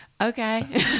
Okay